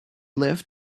lived